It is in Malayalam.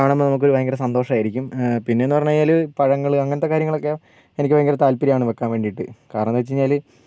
കാണുമ്പോൾ നമുക്ക് ഭയങ്കര സന്തോഷമായിരിക്കും പിന്നേന്ന് പറഞ്ഞ് കഴിഞ്ഞാൽ പഴങ്ങൾ അങ്ങനത്തെ കാര്യങ്ങളൊക്കേ എനിക്ക് ഭയങ്കര താൽപര്യാണ് വെക്കാൻ വേണ്ടീട്ട് കാരണം എന്താന്ന് വെച്ച് കഴിഞ്ഞാൽ